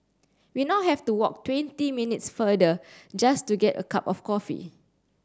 we now have to walk twenty minutes further just to get a cup of coffee